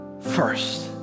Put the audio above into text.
first